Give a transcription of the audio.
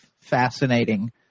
fascinating